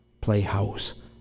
playhouse